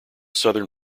southern